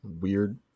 Weird